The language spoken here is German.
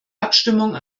abstimmung